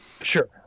Sure